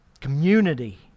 community